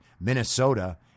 Minnesota